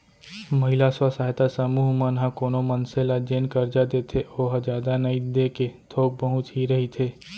महिला स्व सहायता समूह मन ह कोनो मनसे ल जेन करजा देथे ओहा जादा नइ देके थोक बहुत ही रहिथे